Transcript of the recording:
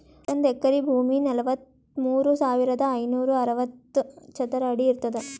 ಒಂದ್ ಎಕರಿ ಭೂಮಿ ನಲವತ್ಮೂರು ಸಾವಿರದ ಐನೂರ ಅರವತ್ತು ಚದರ ಅಡಿ ಇರ್ತದ